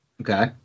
okay